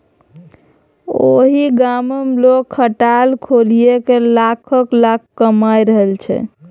ओहि गामक लोग खटाल खोलिकए लाखक लाखक कमा रहल छै